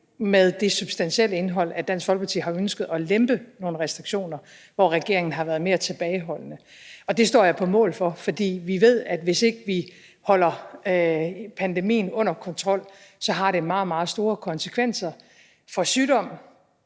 med det substantielle indhold, at Dansk Folkeparti har ønsket at lempe nogle restriktioner, hvor regeringen har været mere tilbageholdende. Og det står jeg på mål for. For vi ved, at hvis ikke vi holder pandemien under kontrol, har det meget, meget store konsekvenser for sygdom,